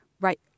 right